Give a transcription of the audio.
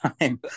time